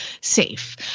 safe